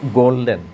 golden